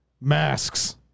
masks